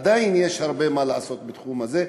עדיין יש הרבה מה לעשות בתחום הזה.